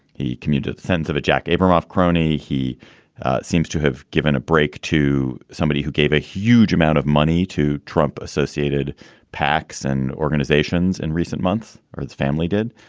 he commuted the sense of a jack abramoff crony. he seems to have given a break to somebody who gave a huge amount of money to trump associated pacs and organizations in recent months or his family did.